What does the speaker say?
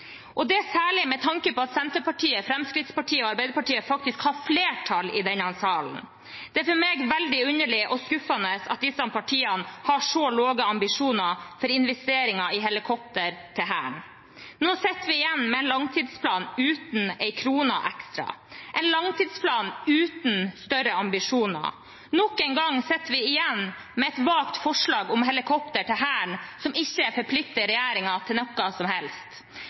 særlig med tanke på at Senterpartiet, Fremskrittspartiet og Arbeiderpartiet faktisk har flertall i denne salen. Det er for meg veldig underlig og skuffende at disse partiene har så lave ambisjoner for investeringer i helikoptre til Hæren. Nå sitter vi igjen med en langtidsplan uten en krone ekstra, en langtidsplan uten større ambisjoner. Nok en gang sitter vi igjen med et vagt forslag om helikoptre til Hæren som ikke forplikter regjeringen til noe som helst.